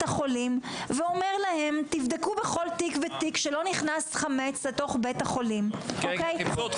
החולים ואומר להם תבדקו בכל תיק ותיק שלא נכנס חמץ לבית החולים ומי